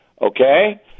okay